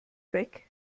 weg